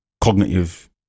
cognitive